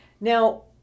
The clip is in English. Now